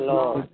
Lord